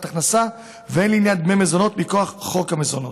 הכנסה והן לעניין דמי מזונות מכוח חוק המזונות.